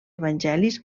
evangelis